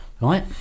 right